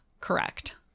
correct